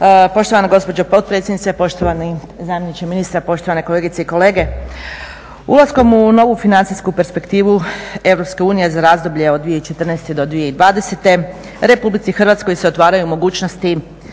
Poštovana gospođo potpredsjedniče, poštovani zamjeniče ministra, poštovane kolegice i kolege. Ulaskom u novu financijsku perspektivu Europske unije za razdoblje od 2014.-2020. Republici Hrvatskoj se otvaraju mogućnosti